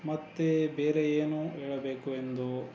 ಮತ್ತು ಬೇರೆ ಏನು ಹೇಳಬೇಕು ಎಂದು